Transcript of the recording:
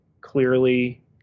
clearly